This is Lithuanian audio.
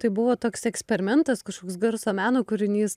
tai buvo toks eksperimentas kažkoks garso meno kūrinys